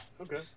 Okay